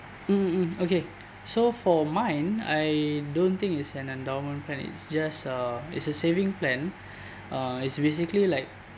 mm mm okay so for mine I don't think it's an endowment plan it's just a it's a saving plan uh is basically like